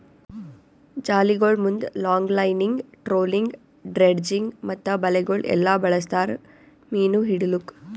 ಜಾಲಿಗೊಳ್ ಮುಂದ್ longlining, trolling, dredging ಮತ್ತ ಬಲೆಗೊಳ್ ಎಲ್ಲಾ ಬಳಸ್ತಾರ್ ಮೀನು ಹಿಡಿಲುಕ್